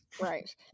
Right